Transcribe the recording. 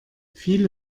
viele